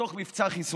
בתוך מבצע החיסונים.